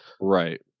right